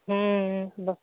हुँ बस